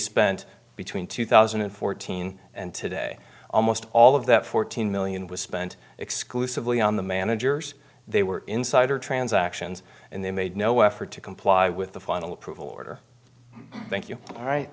spent between two thousand and fourteen and today almost all of that fourteen million was spent exclusively on the managers they were insider transactions and they made no effort to comply with the final approval order thank you all right